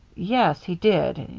yes, he did.